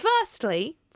firstly